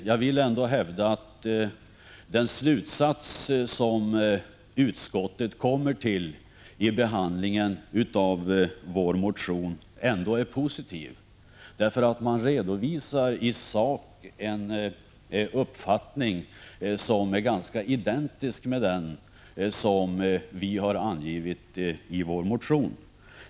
Jag vill ändå hävda att den slutsats som utskottet kommer till vid behandlingen av vår motion är positiv. Utskottet redovisar i sak en uppfattning som är ganska identisk med den som vi har angett i vår motion.